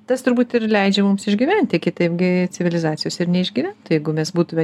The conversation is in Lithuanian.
tas turbūt ir leidžia mums išgyventi kitaip gi civilizacijos ir neišgyventų jeigu mes būtume